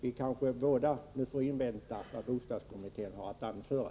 Vi kanske båda nu får invänta vad bostadskommittén har att anföra.